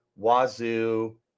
Wazoo